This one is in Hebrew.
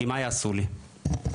כי מה יעשו לי?